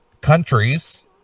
countries